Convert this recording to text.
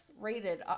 rated